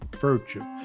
virtue